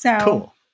Cool